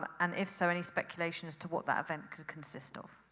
and if so, any speculations as to what that event could consist of?